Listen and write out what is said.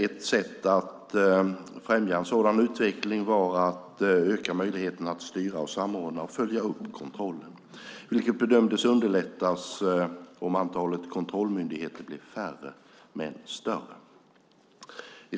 Ett sätt att främja en sådan utveckling var att öka möjligheterna att styra, samordna och följa upp kontrollen, vilket bedömdes underlättas om kontrollmyndigheterna blev färre men större.